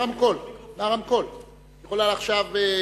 כל מה שאת רוצה.